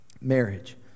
marriage